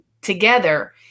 together